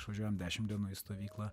išvažiuojame dešim dienų į stovyklą